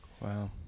Wow